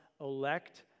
elect